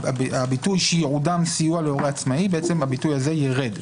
הביטוי "שייעודים סיוע להורה עצמאי" הביטוי הזה יירד.